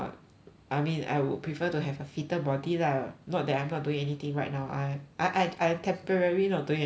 I mean I would prefer to have a fitter body lah not that I'm not doing anything right now I I I I temporarily not doing anything only